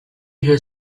her